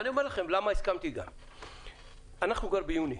אנחנו כבר ביוני